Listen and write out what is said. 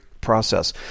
process